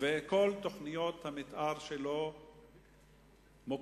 וכל תוכניות המיתאר שלו מוקפאות.